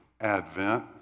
advent